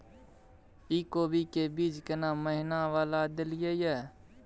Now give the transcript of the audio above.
इ कोबी के बीज केना महीना वाला देलियैई?